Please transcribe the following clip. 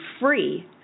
free